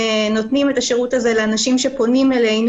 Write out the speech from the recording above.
נותנים את השירות הזה לאנשים שפונים אלינו